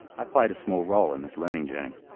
i played a small role in this learning journey.